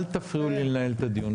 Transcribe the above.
אל תפריעו לי לנהל את הדיון.